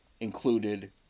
included